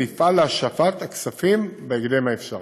נפעל להשבת הכספים בהקדם האפשרי.